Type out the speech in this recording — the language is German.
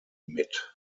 mit